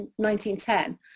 1910